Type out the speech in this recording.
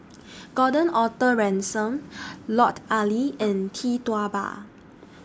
Gordon Arthur Ransome Lut Ali and Tee Tua Ba